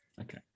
okay